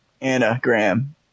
Anagram